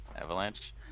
Avalanche